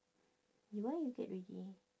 you why you get ready